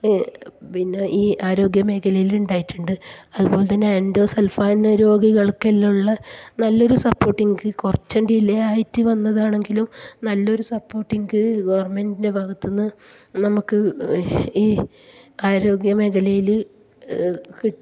പിന്നെ ഈ ആരോഗ്യ മേഖലയിൽ ഉണ്ടായിട്ടുണ്ട് അതു പോലെ തന്നെ എൻഡോസൾഫാൻ രോഗികൾക്കെല്ലാമുള്ള നല്ലൊരു സപ്പോർട്ട് എനിക്ക് കുറച്ച് ഡിലേ ആയിട്ട് വന്നതാണെങ്കിലും നല്ലൊരു സപ്പോർട്ട് എനിക്ക് ഗവൺമെൻ്റിൻ്റെ ഭാഗത്ത് നിന്ന് നമ്മൾക്ക് ഈ ആരോഗ്യമേഖലയിൽ